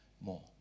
more